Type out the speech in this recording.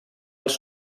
els